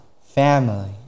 family